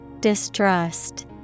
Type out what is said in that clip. distrust